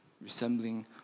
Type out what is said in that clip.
resembling